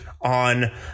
on